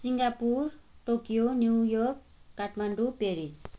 Singapore Tokyo New York Kathmandu Paris